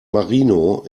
marino